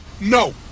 no